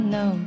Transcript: no